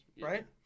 right